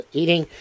eating